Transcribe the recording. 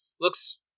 looks